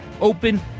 open